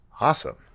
Awesome